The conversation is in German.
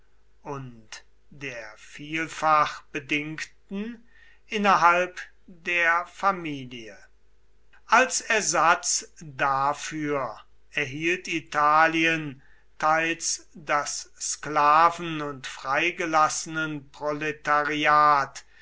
und der vielfach bedingten innerhalb der familie als ersatz dafür erhielt italien teils das sklaven und freigelassenenproletariat